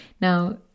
now